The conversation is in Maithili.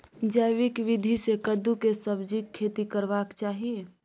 जैविक विधी से कद्दु के सब्जीक खेती करबाक चाही?